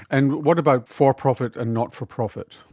and what about for-profit and not-for-profit?